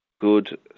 good